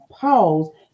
pause